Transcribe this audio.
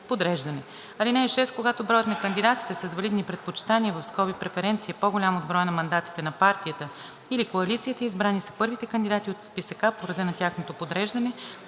(6) Когато броят на кандидатите с валидни предпочитания (преференции) е по-голям от броя на мандатите на партията или коалицията, избрани са първите кандидати от списък А по реда на тяхното подреждане